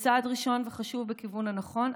זה צעד ראשון וחשוב בכיוון הנכון.